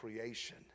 creation